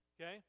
Okay